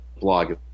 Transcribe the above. blog